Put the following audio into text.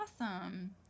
Awesome